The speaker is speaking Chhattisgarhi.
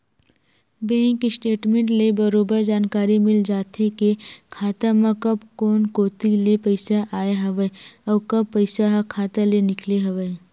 बेंक स्टेटमेंट ले बरोबर जानकारी मिल जाथे के खाता म कब कोन कोती ले पइसा आय हवय अउ कब पइसा ह खाता ले निकले हवय